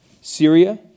Syria